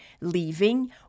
leaving